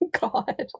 God